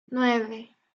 nueve